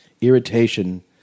irritation